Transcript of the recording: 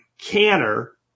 canner